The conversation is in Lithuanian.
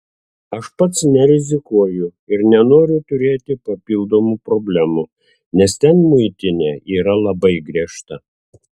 aš pats nerizikuoju ir nenoriu turėti papildomų problemų nes ten muitinė yra labai griežta